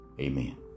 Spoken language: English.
amen